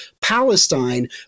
Palestine